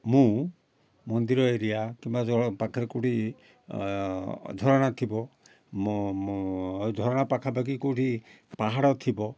ମୁଁ ମନ୍ଦିର ଏରିଆ କିମ୍ବା ଜଳ ପାଖରେ କେଉଁଠି ଝରଣା ଥିବ ମୁଁ ମୁଁ ଝରଣା ପାଖାପାଖି କେଉଁଠି ପାହାଡ ଥିବ